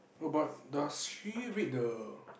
oh but does she read the